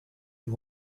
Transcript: you